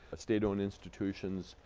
state-owned institutions.